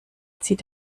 zieht